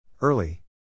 early